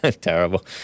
Terrible